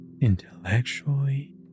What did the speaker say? intellectually